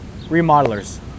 remodelers